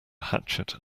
hatchet